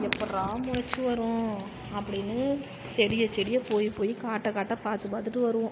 எப்படிறா முளச்சு வரும் அப்படின்னு செடியை செடியை போய் போய் காட்ட காட்ட பார்த்து பார்த்துட்டு வருவோம்